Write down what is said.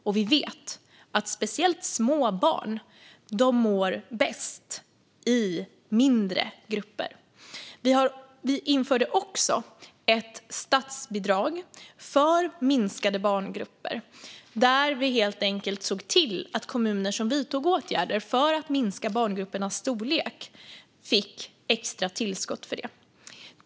Och vi vet att speciellt små barn mår bäst i mindre grupper. Vi införde också ett statsbidrag för minskade barngrupper. Vi såg helt enkelt till att kommuner som vidtog åtgärder för att minska barngruppernas storlek fick extra tillskott för det.